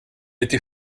été